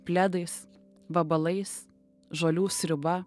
pledais vabalais žolių sriuba